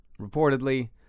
reportedly